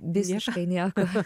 visiškai nieko